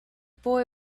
boy